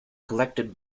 collected